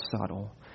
subtle